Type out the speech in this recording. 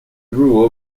grew